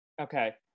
okay